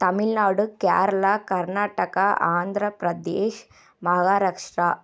Tamil Nadu Kerala Karnataka Andhra Pradesh Maharashtra